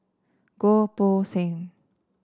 Goh Poh Seng